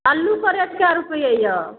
अल्लूके रेट कै रुपैए अइ